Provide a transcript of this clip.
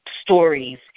stories